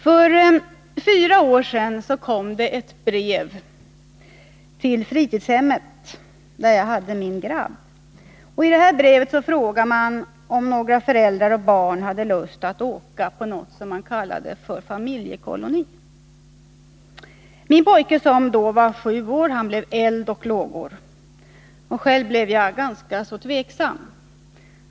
För fyra år sedan kom det ett brev till fritidshemmet, där jag hade min grabb. I det brevet frågade man om några föräldrar och barn hade lust att åka på något som kallades för familjekoloni. Min pojke, som då var sju år, blev eld och lågor. Själv blev jag ganska tveksam.